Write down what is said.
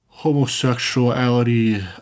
Homosexuality